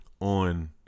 on